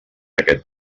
aquest